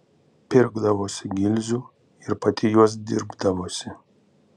pirkdavosi gilzių ir pati juos dirbdavosi